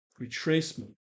retracement